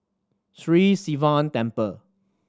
Sri Sivan Temple